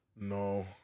No